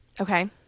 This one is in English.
Okay